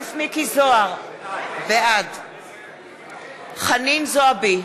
מכלוף מיקי זוהר, בעד חנין זועבי,